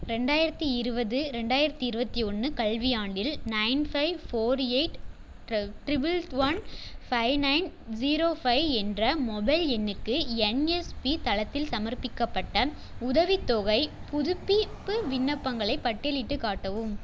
ரெண்டாயிரத்து இருபது ரெண்டாயிரத்து இருபத்தி ஒன்று கல்வியாண்டில் nine five four eight triple one five nine zero five என்ற மொபைல் எண்ணுக்கு என்எஸ்பி தளத்தில் சமர்ப்பிக்கப்பட்ட உதவித்தொகைப் புதுப்பிப்பு விண்ணப்பங்களைப் பட்டியலிட்டுக் காட்டவும்